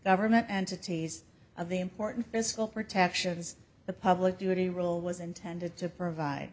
government entities of the important fiscal protections the public duty rule was intended to provide